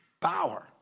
power